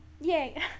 yay